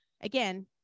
again